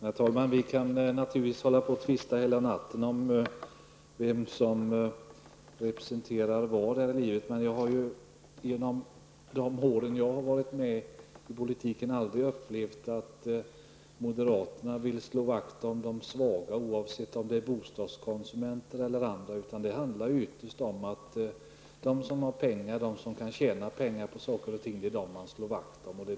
Herr talman! Vi kan naturligtvis tvista hela natten om vem som representerar vad här i livet. Under de år jag har varit med i politiken har jag aldrig upplevt att moderaterna har velat slå vakt om de svaga, oavsett om det har gällt bostadskonsumenter eller andra. Det handlar ytterst om att de som har pengar och som kan tjäna pengar på saker och ting slår moderaterna vakt om.